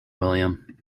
william